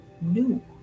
new